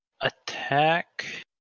attack